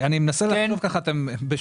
אני מנסה לתת בשלוף.